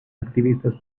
activistas